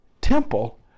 temple